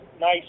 nice